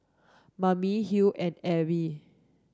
Mame Huy and Abb